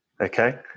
Okay